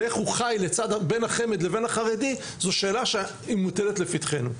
ואיך הוא חי בין החמ"ד לבין החרדי זו שאלה שמוטלת לפתחנו.